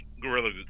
Gorilla